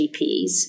GPs